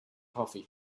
coffee